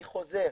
אני חוזר,